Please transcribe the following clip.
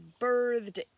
birthed